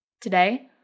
Today